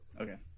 Okay